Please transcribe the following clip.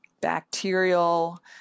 bacterial